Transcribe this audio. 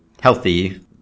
healthy